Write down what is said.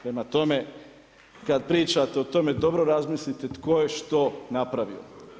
Prema tome, kad pričate o tome, dobro razmislite, tko je što napravio.